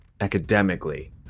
academically